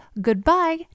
goodbye